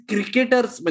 Cricketers